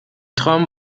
traum